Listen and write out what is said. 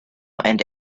and